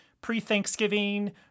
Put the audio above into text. pre-Thanksgiving